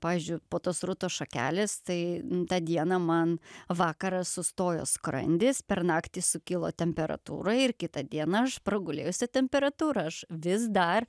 pavyzdžiui po tos rūtos šakelės tai tą dieną man vakarą sustojo skrandis per naktį sukilo temperatūra ir kitą dieną aš pragulėjusia temperatūra aš vis dar